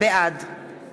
בעד